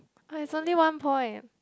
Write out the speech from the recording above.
but it's only one point